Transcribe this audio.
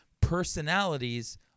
personalities